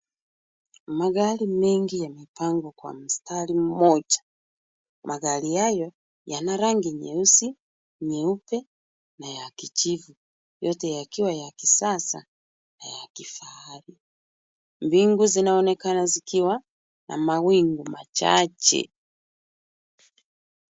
Magari mengi yamepangwa kwa mstari mmoja. Magari hayo yana rangi nyeusi, nyeupe na ya kijivu. Yote yakiwa ni ya kisasa na ya kifahari. Bingu zinaonekana zikiwa na mawingu machache.